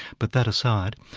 but that aside,